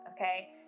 okay